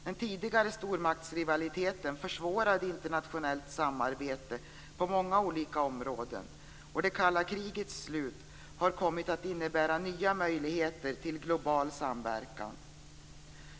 Den tidigare stormaktsrivaliteten försvårade internationellt samarbete på många olika områden, och det kalla krigets slut har kommit att innebära nya möjligheter till global samverkan.